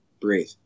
breathe